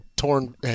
Torn